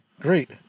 Great